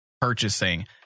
purchasing